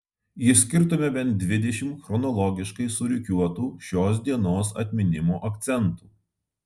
išskirtume bent dvidešimt chronologiškai surikiuotų šios dienos atminimo akcentų